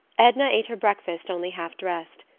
edna ate her breakfast only half dressed.